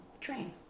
Train